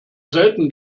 selten